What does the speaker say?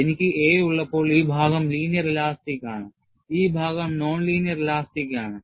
എനിക്ക് a ഉള്ളപ്പോൾ ഈ ഭാഗം ലീനിയർ ഇലാസ്റ്റിക് ആണ് ഈ ഭാഗം നോൺ ലീനിയർ ഇലാസ്റ്റിക് ആണ്